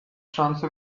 شانس